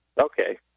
Okay